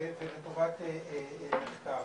ולטובת מחקר.